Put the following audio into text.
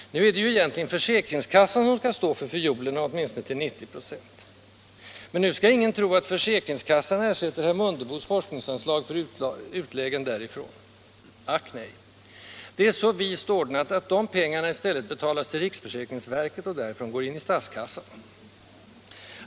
Nu är det egentligen försäkringskassan som skall stå för fiolerna, åtminstone till 90 926. Men ingen skall tro att försäkringskassan ersätter herr Mundebos forskningsanslag för utläggen därifrån. Ack nej! Det är så vist ordnat att de pengarna i stället betalas till riksförsäkringsverket och därifrån går in i statskassan.